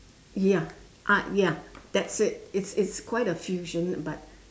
ya ah ya that's it it's it's quite a fusion but